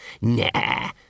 Nah